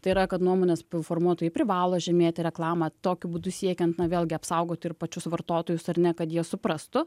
tai yra kad nuomonės formuotojai privalo žymėti reklamą tokiu būdu siekiant vėlgi apsaugoti ir pačius vartotojus ar ne kad jie suprastų